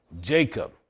Jacob